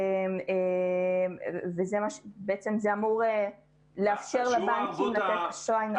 ובעצם זה אמור לאפשר לבנקים לתת אשראי.